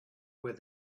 where